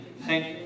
thank